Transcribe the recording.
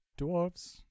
dwarves